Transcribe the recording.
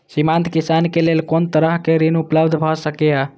सीमांत किसान के लेल कोन तरहक ऋण उपलब्ध भ सकेया?